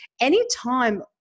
Anytime